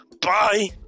bye